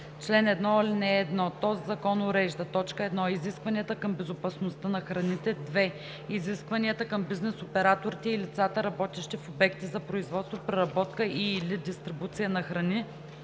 „Чл. 1. (1) Този закон урежда: 1. изискванията към безопасността на храните; 2. изискванията към бизнес операторите и лицата, работещи в обекти за производство, преработка и/или дистрибуция на храни;